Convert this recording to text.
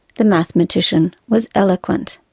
the mathematician was eloquent.